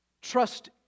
Trust